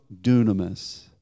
dunamis